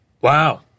Wow